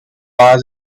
was